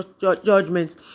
judgments